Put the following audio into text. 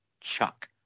Chuck